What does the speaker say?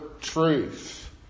truth